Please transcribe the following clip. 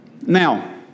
Now